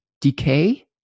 Decay